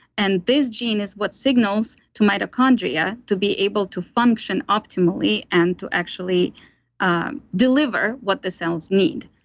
and this gene is what signals to mitochondria to be able to function optimally, and to actually um deliver what the cells need.